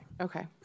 Okay